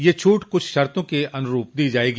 यह छूट कुछ शर्तों के अनुरूप दी जायेगी